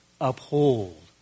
uphold